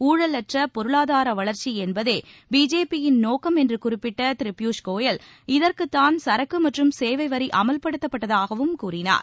ஊழலற்ற பொருளாதார வளர்ச்சி என்பதே பிஜேபியின் நோக்கம் என்று குறிப்பிட்ட திரு பியூஷ் கோயல் இதற்காகத்தான் சரக்கு மற்றும் சேவை வரி அமல்படுத்தப்பட்டதாகவும் கூறினார்